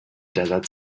desert